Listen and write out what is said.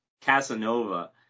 casanova